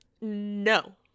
No